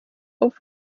auf